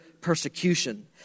persecution